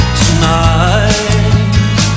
tonight